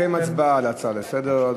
אנחנו נקיים הצבעה על ההצעה לסדר-היום,